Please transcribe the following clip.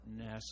NASA